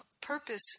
purpose